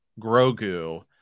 Grogu